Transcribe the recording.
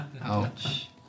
Ouch